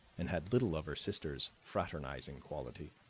and had little of her sister's fraternizing quality.